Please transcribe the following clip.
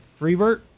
Freevert